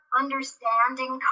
understanding